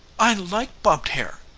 i like bobbed hair,